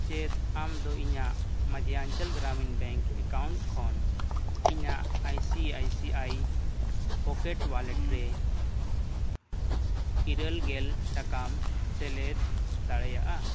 ᱪᱮᱫ ᱟᱢ ᱫᱚ ᱤᱧᱟᱹᱜ ᱠᱷᱚᱱ ᱤᱧᱟᱹᱜ ᱨᱮ ᱤᱨᱟᱹᱞ ᱜᱮᱞ ᱴᱟᱠᱟᱢ ᱥᱮᱞᱮᱫ ᱫᱟᱲᱮᱭᱟᱜᱼᱟ